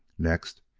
next,